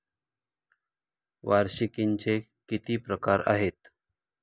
वार्षिकींचे किती प्रकार आहेत?